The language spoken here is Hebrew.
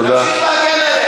תמשיך להגן עליה.